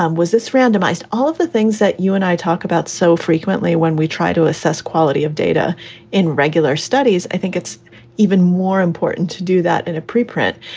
um was this randomized? all of the things that you and i talk about so frequently when we try to assess quality of data in regular studies, i think it's even more important to do that in a preprint,